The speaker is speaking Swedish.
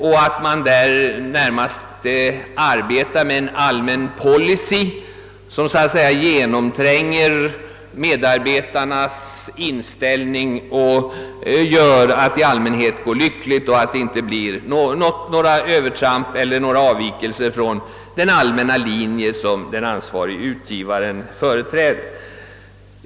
Man arbetar då närmast med en allmän policy, som så att säga genomsyrar medarbetarnas inställning och gör att det inte blir några övertramp eller några avvikelser från den allmänna linje, som den ansvarige utgivaren företräder.